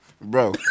Bro